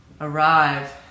Arrive